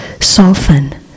soften